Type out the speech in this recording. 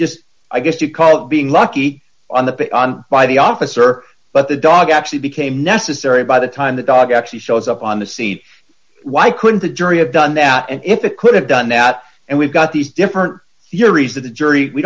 just i guess you call it being lucky on the by the officer but the dog actually became necessary by the time the dog actually shows up on the scene why couldn't the jury have done that and if they could have done that and we've got these different theories that the jury we